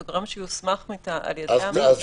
זה גורם שיוסמך על ידי המדינה.